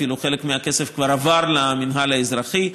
וחלק מהכסף אפילו כבר עבר למינהל האזרחי.